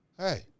hey